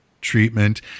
treatment